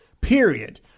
period